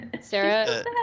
Sarah